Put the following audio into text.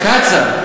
קצא"א,